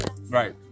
right